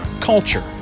culture